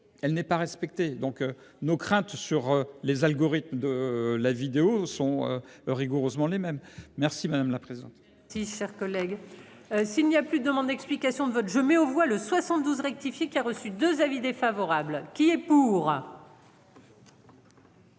Elle n'est pas respectée, donc nos craintes sur les algorithmes de la vidéo sont. Rigoureusement les mêmes. Merci madame la présidente. Si cher collègue. S'il n'y a plus demandes d'explications de vote, je mets aux voix le 72 rectifié qui a reçu 2 avis défavorables qui est pour.